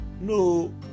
no